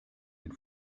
den